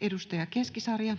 Content: